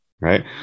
Right